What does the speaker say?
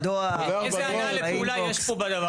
איזה הנעה לפעולה יש פה בדבר הזה?